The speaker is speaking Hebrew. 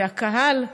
והקהל,